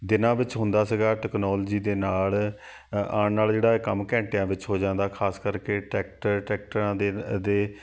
ਦਿਨਾਂ ਵਿੱਚ ਹੁੰਦਾ ਸੀਗਾ ਟੈਕਨੋਲਜੀ ਦੇ ਨਾਲ ਆਉਣ ਨਾਲ ਜਿਹੜਾ ਕੰਮ ਘੰਟਿਆਂ ਵਿੱਚ ਹੋ ਜਾਂਦਾ ਖਾਸ ਕਰਕੇ ਟਰੈਕਟਰ ਟਰੈਕਟਰਾਂ ਦੇ ਦੇ